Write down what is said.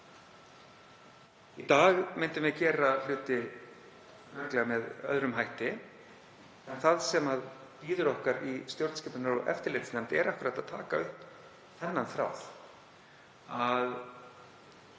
Í dag myndum við örugglega gera hlutina með öðrum hætti. Það sem bíður okkar í stjórnskipunar- og eftirlitsnefnd er akkúrat að taka upp þennan þráð,